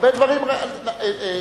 אנחנו עמדנו במבחן הזה.